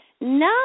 No